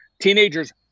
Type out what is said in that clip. teenagers